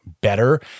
better